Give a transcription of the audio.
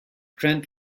trent